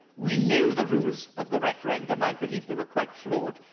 we knew the rules of the referendum. i believe they were quite flawed,